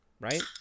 Right